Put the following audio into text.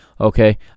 okay